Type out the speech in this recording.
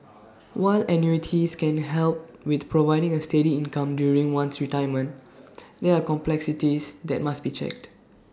while annuities can help with providing A steady income during one's retirement there are complexities that must be checked